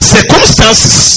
Circumstances